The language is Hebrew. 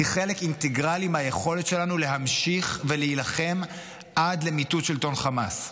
היא חלק אינטגרלי מהיכולת שלנו להמשיך ולהילחם עד למיטוט שלטון חמאס.